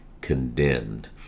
condemned